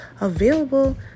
available